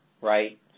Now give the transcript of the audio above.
right